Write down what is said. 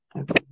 okay